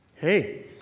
hey